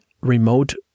remote